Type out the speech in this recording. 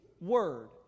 word